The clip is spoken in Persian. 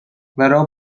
برا